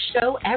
show